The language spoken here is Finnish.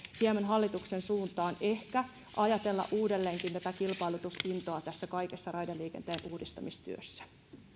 hieman hallituksen suuntaan ehkä ajatella uudelleenkin tätä kilpailutusintoa tässä kaikessa raideliikenteen uudistamistyössä